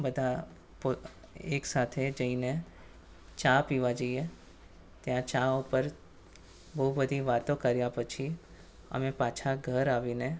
બધા પોત એકસાથે જઈને ચા પીવાં જઈએ ત્યાં ચા ઉપર બહુ બધી વાતો કર્યા પછી અમે પાછાં ઘરે આવીને